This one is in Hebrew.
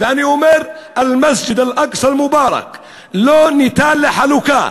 ואני אומר: אל-מסג'ד אל-אקצא אל-מובארכ לא ניתן לחלוקה.